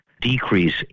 decrease